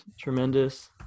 tremendous